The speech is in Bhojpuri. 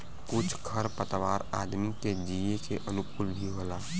कुछ खर पतवार आदमी के जिये के अनुकूल भी होला